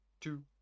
two